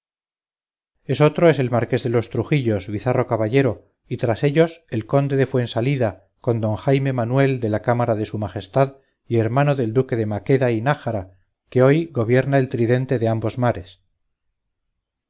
medinaceli esotro es el marqués de los trujillos bizarro caballero y tras ellos el conde de fuensalida con don jaime manuel de la cámara de su majestad y hermano del duque de maqueda y nájara que hoy gobierna el tridente de ambos mares